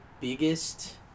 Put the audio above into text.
biggest